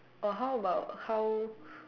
or how about how